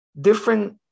different